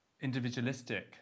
individualistic